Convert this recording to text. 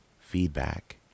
Feedback